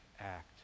act